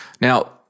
Now